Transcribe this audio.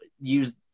use